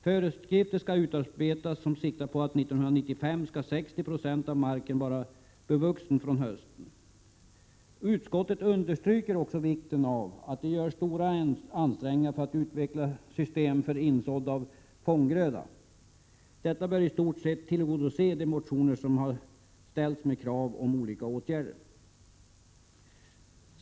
Föreskrifter skall utarbetas som siktar på att 60 70 av marken år 1995 skall vara bevuxen från hösten. Utskottet understryker också vikten av att det görs stora ansträngningar för att utveckla system för insådd av fånggröda. Detta bör i stort sett tillgodose de motioner som har väckts med krav på olika åtgärder.